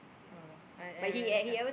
no lah I I rather have